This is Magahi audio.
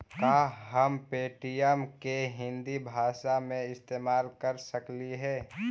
का हम पे.टी.एम के हिन्दी भाषा में इस्तेमाल कर सकलियई हे?